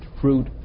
fruit